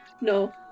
No